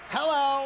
Hello